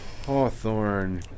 Hawthorne